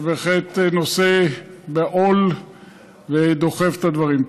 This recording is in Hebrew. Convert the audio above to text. שבהחלט נושא בעול ודוחף את הדברים.